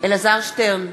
אלעזר שטרן,